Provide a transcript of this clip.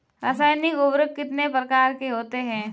रासायनिक उर्वरक कितने प्रकार के होते हैं?